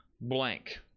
blank